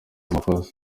amakosa